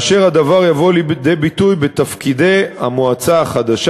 והדבר יבוא לידי ביטוי בתפקידי המועצה החדשה,